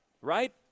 right